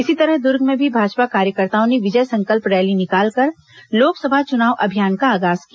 इसी तरह दुर्ग में भी भाजपा कार्यकर्ताओं ने विजय संकल्प रैली निकालकर लोकसभा चुनाव अभियान का आगाज किया